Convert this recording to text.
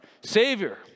Savior